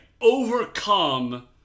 overcome